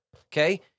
Okay